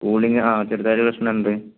cooling ആ ചെറുതായിട്ട് ഒരു പ്രശ്നം ഉണ്ട്